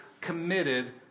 committed